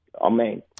Amen